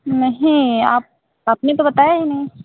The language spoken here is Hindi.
नहीं आप आपने तो बताया ही नहीं